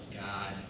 God